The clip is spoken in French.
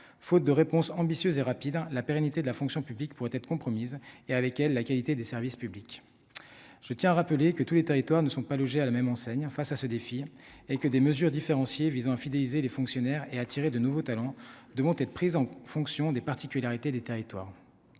faute de réponse ambitieuse et rapide, hein, la pérennité de la fonction publique pourrait être compromise et avec elle la qualité des services publics, je tiens à rappeler que tous les territoires, ne sont pas logés à la même enseigne en face à ce défi et que des mesures différenciées visant à fidéliser les fonctionnaires et attirer de nouveaux talents de monter de prise en fonction des particularités des territoires,